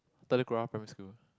Telok Kurau primary school